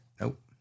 Nope